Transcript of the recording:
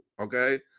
Okay